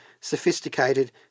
sophisticated